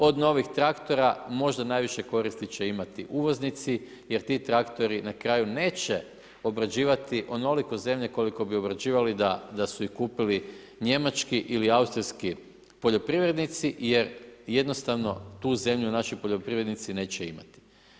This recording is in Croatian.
Od novih traktora, možda najviše koristi će imati uvoznici, jer ti traktori na kraju, neće obrađivati onoliko zemlje, koliko bi obrađivali da su ih kupili njemački ili austrijski poljoprivrednici, jer jednostavno, tu zemlju naši poljoprivrednici neće imati.